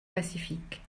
pacifique